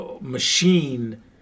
machine